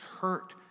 hurt